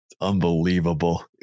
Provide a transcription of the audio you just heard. Unbelievable